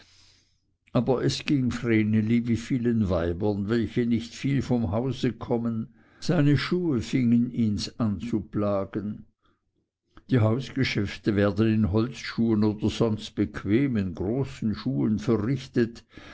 aber es ging vreneli wie vielen weibern welche nicht viel vom hause kommen seine schuhe fingen ihns an zu plagen die hausgeschäfte werden in holzschuhen oder sonst bequemen großen schuhen verrichtet